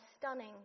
stunning